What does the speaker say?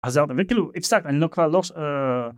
אז זהו אתה מבין כאילו, אי אפשר אני לא כבר לוש אההההההההה